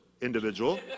individual